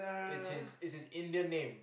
it's his it's his Indian name